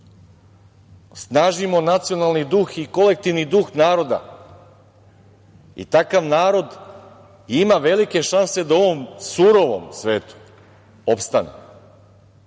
snažimo nacionalni duh i kolektivni duh naroda i takav narod ima velike šanse da u ovom surovom svetu opstane.